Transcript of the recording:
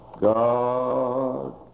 god